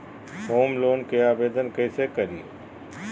Home loan के आवेदन कैसे करि?